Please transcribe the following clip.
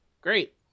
Great